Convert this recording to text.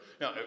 Now